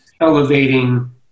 elevating